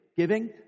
giving